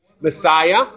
Messiah